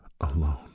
alone